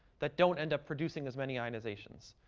that don't end up producing as many ionizations.